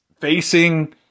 facing